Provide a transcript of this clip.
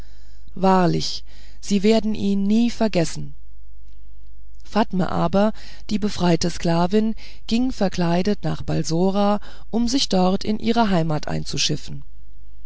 wahrlich sie werden ihn nie vergessen fatme aber die befreite sklavin ging verkleidet nach balsora um sich dort in ihre heimat einzuschiffen